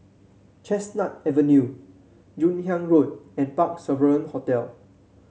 Chestnut Avenue Joon Hiang Road and Parc Sovereign Hotel